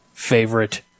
Favorite